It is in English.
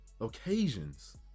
occasions